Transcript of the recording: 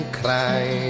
cry